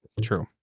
true